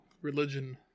religion